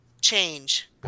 change